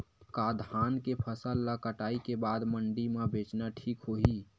का धान के फसल ल कटाई के बाद मंडी म बेचना ठीक होही?